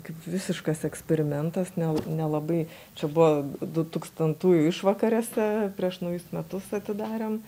kaip visiškas eksperimentas nel nelabai čia buvo du tūkstantųjų išvakarėse prieš naujus metus atidarėm